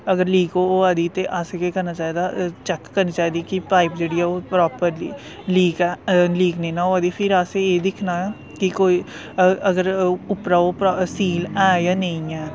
अगर लीक होआ दी ते असें केह् करना चाहिदा चेक करनी चाहिदी कि पाइप जेह्ड़ी ऐ ओह् प्रापरली लीक निं ना होआ दी फिर असें एह् दिक्खना कि कोई अगर अगर उप्परा ओह् सील ऐ जां नेई ऐ